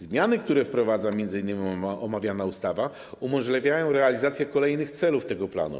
Zmiany, które wprowadza m.in. omawiana ustawa, umożliwiają realizację kolejnych celów tego planu.